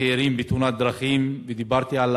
צעירים בתאונות דרכים, ודיברתי על